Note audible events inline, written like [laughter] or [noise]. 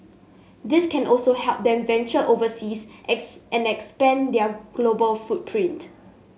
this can also help them venture overseas [unintelligible] and expand their global footprint